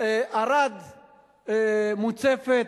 ערד מוצפת,